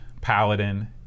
paladin